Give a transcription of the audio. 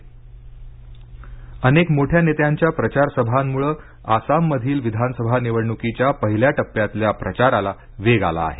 आसाम मोहीम अनेक मोठ्या नेत्यांच्या प्रचार सभामुळं आसाममधील विधानसभा निवडणुकीच्या पहिल्या टप्प्यातल्या प्रचाराला वेग आला आहे